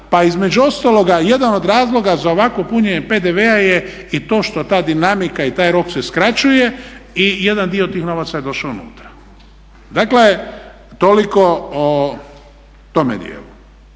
pa između ostaloga jedan od razloga za ovakvo punjenje PDV-a je i to što ta dinamika i taj rok se skraćuje i jedan dio tih novaca je došao unutra. Dakle toliko o tome dijelu.